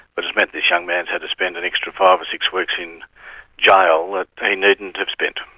but it's meant this young man had to spend an extra five or six weeks in jail that he needn't have spent.